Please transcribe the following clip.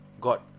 God